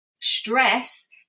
Stress